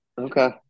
okay